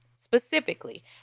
Specifically